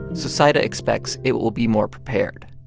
so zaida expects it will be more prepared.